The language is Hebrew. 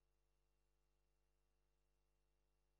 האלה,